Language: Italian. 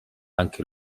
anche